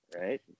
Right